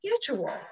schedule